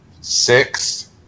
Six